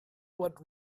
what